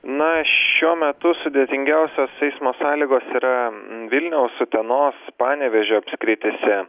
na šiuo metu sudėtingiausios eismo sąlygos yra vilniaus utenos panevėžio apskrityse